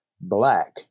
black